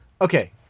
Okay